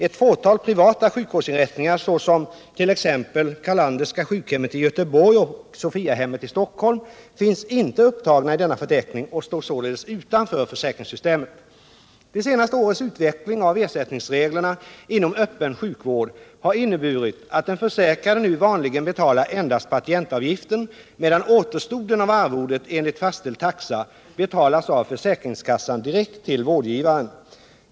Ett fåtal privata sjukvårdsinrättningar, såsom t.ex. Carlanderska sjukhemmet i Göteborg och Sophiahemmet i Stockholm, finns inte upptagna i denna förteckning och står således utanför försäkringssystemet. De senare årens utveckling av ersättningsreglerna inom öppen sjukvård har inneburit att den försäkrade nu vanligen betalar endast patientavgiften, medan återstoden av arvodet enligt fastställd taxa betalas av försäkringskassan direkt till vårdgivaren.